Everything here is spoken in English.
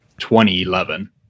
2011